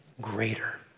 greater